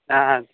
हाहा